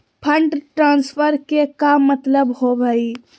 Fund transfer के का मतलब होव हई?